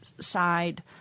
side